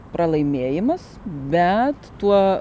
pralaimėjimas bet tuo